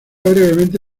brevemente